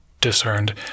discerned